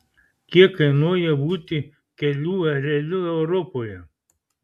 kiek kainuoja būti kelių ereliu europoje